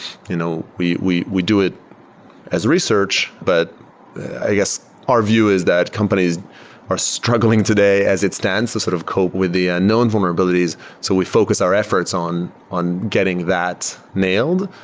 you know we we do it as research, but i guess our view is that companies are struggling today as it stands to sort of cope with the unknown vulnerabilities. so we focus our efforts on on getting that nailed,